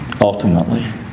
ultimately